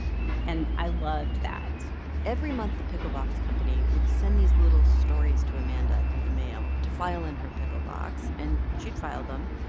and i loved that every month, the pickle box company would send these little stories to amanda through the mail to file in her pickle box, and she'd file them.